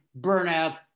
burnout